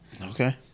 Okay